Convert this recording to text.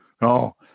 no